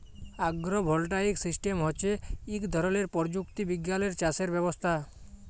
আগ্র voltaic system হচ্যে ইক ধরলের প্রযুক্তি বিজ্ঞালের চাসের ব্যবস্থা